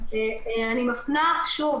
אני מפנה שוב,